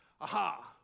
Aha